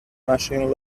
machine